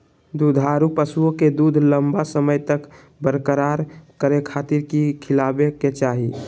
दुधारू पशुओं के दूध लंबा समय तक बरकरार रखे खातिर की खिलावे के चाही?